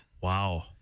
Wow